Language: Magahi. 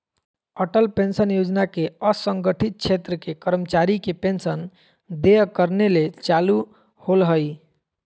अटल पेंशन योजना के असंगठित क्षेत्र के कर्मचारी के पेंशन देय करने ले चालू होल्हइ